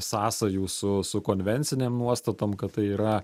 sąsajų su su konvencinėm nuostatom kad tai yra